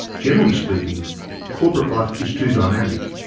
generally speaking corporate life is too dynamic,